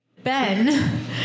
Ben